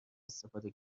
استفاده